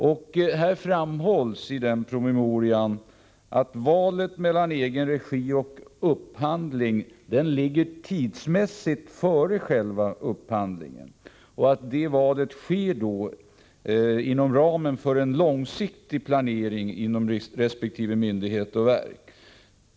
I promemorian framhålls att valet mellan egenregi och upphandling tidsmässigt ligger före själva upphandlingen och sker inom ramen för en långsiktig planering inom resp. myndighet och verk.